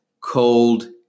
cold